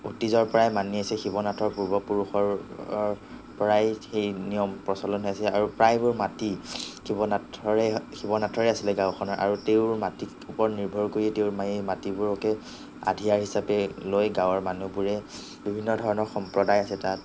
অতীজৰ পৰাই মানি আহিছে শিৱনাথৰ পূৰ্বপুৰুষৰ পৰাই সেই নিয়ম প্ৰচলন হৈ আহিছে আৰু প্ৰায়বোৰ মাটি শিৱনাথৰে শিৱনাথৰে আছিলে গাঁওখনৰ আৰু তেওঁৰ মাটিত ওপৰত নিৰ্ভৰ কৰিয়ে তেওঁৰ মায়ে মাটিবোৰকে আধিয়াৰ হিচাপে লৈ গাঁৱৰ মানুহবোৰে বিভিন্ন ধৰণৰ সম্প্ৰদায় আছে তাত